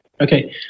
Okay